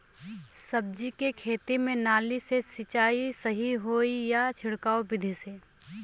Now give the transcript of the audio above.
सब्जी के खेती में नाली से सिचाई सही होई या छिड़काव बिधि से?